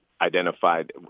identified